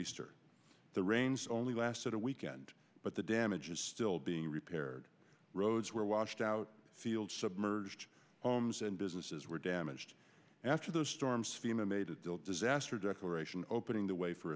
nor'easter the rains only lasted a weekend but the damage is still being repaired roads were washed out fields submerged homes and businesses were damaged after those storms fema made a deal disaster declaration opening the way for